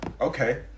okay